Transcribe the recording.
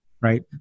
right